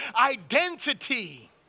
identity